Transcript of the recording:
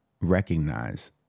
recognize